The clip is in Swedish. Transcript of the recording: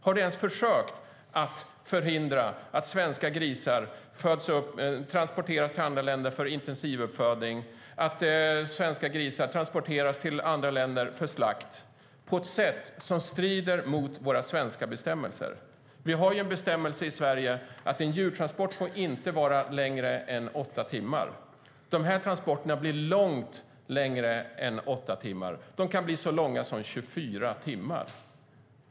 Har du försökt att förhindra att svenska grisar transporteras till andra länder för intensivuppfödning och slakt på ett sätt som strider mot våra svenska bestämmelser? Vi har en bestämmelse i Sverige som säger att en djurtransport inte får vara längre än åtta timmar. De här transporterna blir betydligt mycket längre än åtta timmar. De kan bli så långa som 24 timmar.